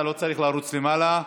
אתה לא צריך לרוץ למעלה.